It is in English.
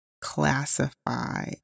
classify